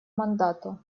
мандату